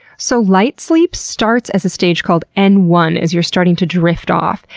so, light sleep starts as a stage called n one as you're starting to drift off.